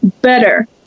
better